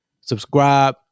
subscribe